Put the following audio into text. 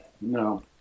No